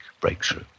breakthrough